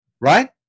Right